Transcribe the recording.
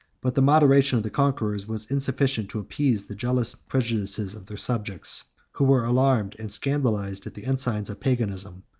but the moderation of the conquerors was insufficient to appease the jealous prejudices of their subjects, who were alarmed and scandalized at the ensigns of paganism,